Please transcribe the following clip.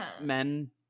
men